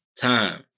time